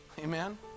Amen